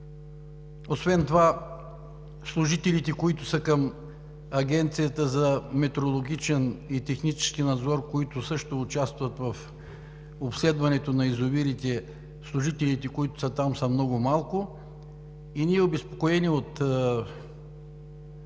Освен това служителите, които са към Агенцията за „Метрологичен и технически надзор“, които също участват в обследването на язовирите, служителите, които са там са много малко. Ние обезпокоени от